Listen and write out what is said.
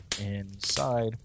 inside